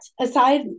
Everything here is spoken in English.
aside